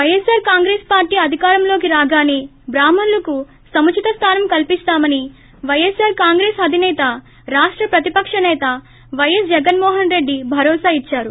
YSR Congress party అధికారంలోకి రాగానే బ్రాహ్శణులకు సుముచిత స్లానం కల్సిస్తామని పైఎస్పార్ కాంగ్రెస్ అధినేత రాష్ట ప్రతిపక్షనేత వైఎస్ జగన్మోహన్ రెడ్లి భరోసా ఇచ్చారు